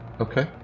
okay